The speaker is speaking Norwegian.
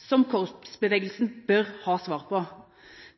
som korpsbevegelsen bør ha svar på.